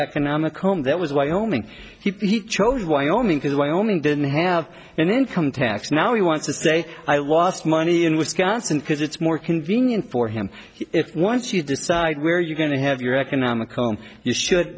economic home that was wyoming he chose wyoming because wyoming didn't have an income tax now he wants to say i lost money in wisconsin because it's more convenient for him if once you decide where you're going to have your economic you should